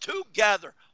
together